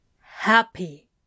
happy